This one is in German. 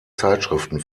zeitschriften